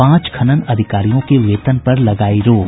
पांच खनन अधिकारियों के वेतन पर लगायी रोक